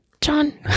john